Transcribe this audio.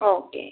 okay